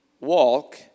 walk